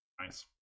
Nice